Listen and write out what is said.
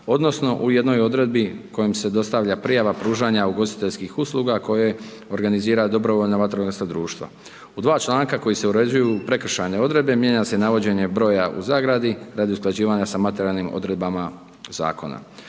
odnosno u jednoj odredbi kojom se dostavlja prijava pružanja ugostiteljskih usluga koje organizira dobrovoljna vatrogasna društva. U dva članka kojim se uređuju prekršajne odredbe, mijenja se navođenje broja u zagradi radi usklađivanja sa materijalnim odredbama Zakona.